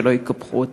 שלא יקפחו אותם.